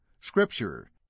SCRIPTURE